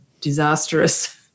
disastrous